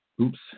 Oops